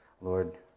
Lord